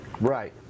Right